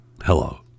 Hello